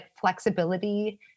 flexibility